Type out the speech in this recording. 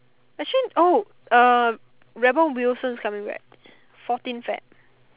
actually oh uh rebel Wilson coming back fourteenth Feb